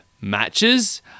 Matches